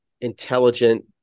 intelligent